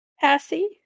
passy